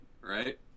right